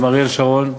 עם אריאל שרון,